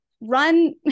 run